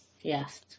Yes